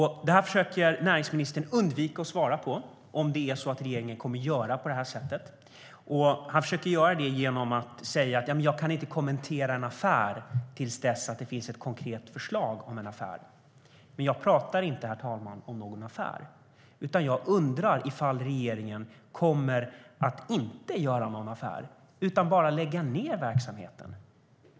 Näringsministern försöker undvika att svara på om regeringen kommer att göra på det här sättet. Han försöker undvika det genom att säga att han inte kan kommentera en affär förrän det finns ett konkret förslag om en affär. Man jag pratar inte, herr talman, om någon affär. Jag undrar om regeringen kommer att inte göra någon affär utan bara lägga ned verksamheten.